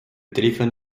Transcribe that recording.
téléphone